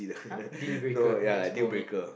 !huh! dealbreaker that's for me